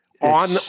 On